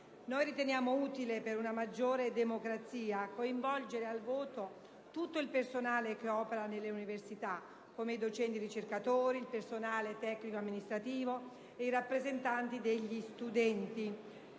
Noi riteniamo utile per una maggiore democrazia coinvolgere al voto tutto il personale che opera nelle università, come i docenti ricercatori, il personale tecnico-amministrativo ed i rappresentanti degli studenti,